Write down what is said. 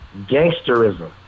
Gangsterism